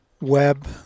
web